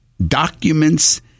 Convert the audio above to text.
documents